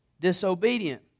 disobedient